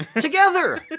together